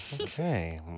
Okay